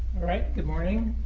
alright. good morning.